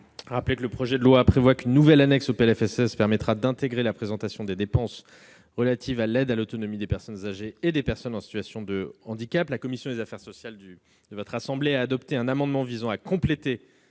projet de loi organique prévoit qu'une nouvelle annexe au PLFSS permettra d'intégrer au texte la présentation des dépenses relatives à l'aide à l'autonomie des personnes âgées et des personnes en situation de handicap. La commission des affaires sociales de votre assemblée a adopté un amendement visant à compléter